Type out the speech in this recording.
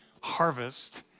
harvest